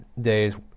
days